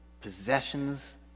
possessions